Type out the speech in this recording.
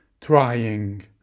trying